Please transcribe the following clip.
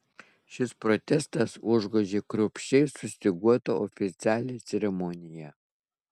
šis protestas užgožė kruopščiai sustyguotą oficialią ceremoniją